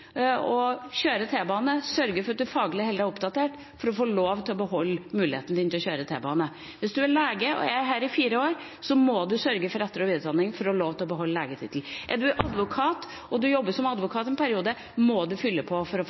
og kjøre T-bane, sørge for at en holder seg faglig oppdatert, for å få lov til å beholde muligheten til å kjøre T-bane. Hvis en er lege og er her i fire år, må en sørge for etter- og videreutdanning for å få lov til å beholde legetittelen. Er en advokat og jobber som advokat en periode, må en fylle på for å